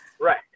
Right